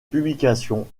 publications